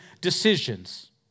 decisions